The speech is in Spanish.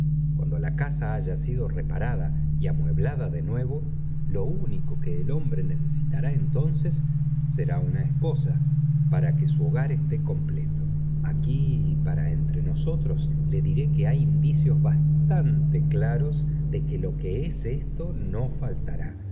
cuando la casa haya sido reparada y amueblada de nuevo lo ünico que el hombre necesitará entonces será una esposa para que fu hogar esté completo aquí para entre nosotros le diré que hay indicios bastante claree de que lo que es esto no faltará